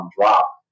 drop